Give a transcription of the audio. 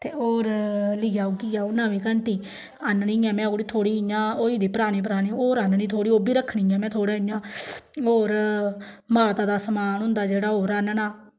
ते होर लेई औगी अ'ऊं नमीं घंटी आह्ननी ऐ में ओह्कड़ी थोह्ड़ी इ'यां होई दी परानी परानी होर आह्ननी थोह्ड़ी ओह् बी रक्खनी ऐ में थोह्ड़ी इ'यां होर माता दा समान होंदा जेह्ड़ा होर आह्नना